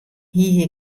hie